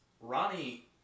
Ronnie